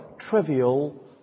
trivial